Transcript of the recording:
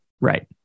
right